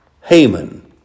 Haman